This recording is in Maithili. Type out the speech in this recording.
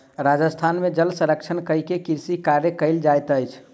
राजस्थान में जल संरक्षण कय के कृषि कार्य कयल जाइत अछि